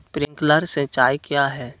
Sprinkler सिंचाई क्या है?